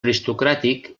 aristocràtic